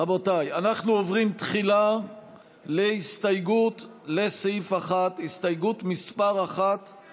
רבותיי, יש כאן הצבעה מורכבת מכרגיל.